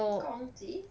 攻击